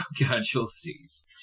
casualties